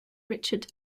richard